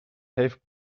heeft